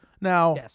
Now